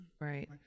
Right